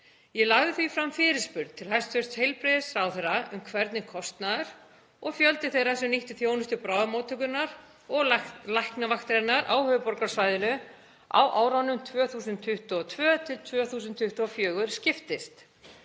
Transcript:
Ég lagði því fram fyrirspurn til hæstv. heilbrigðisráðherra um hvernig kostnaður og fjöldi þeirra sem nýttu þjónustu bráðamóttökunnar og Læknavaktarinnar á höfuðborgarsvæðinu á árunum 2022–2024 skiptist,